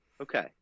Okay